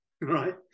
right